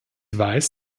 weiß